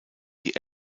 die